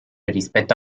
rispetto